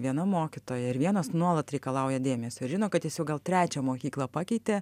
viena mokytoja ir vienas nuolat reikalauja dėmesio žino kad jis jau gal trečią mokyklą pakeitė